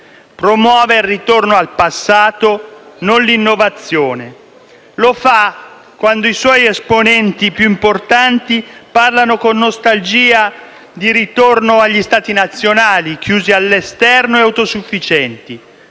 Promuove il ritorno al passato, non l'innovazione. Lo fa quando i suoi esponenti più importanti parlano con nostalgia di ritorno agli Stati nazionali, chiusi all'esterno e autosufficienti.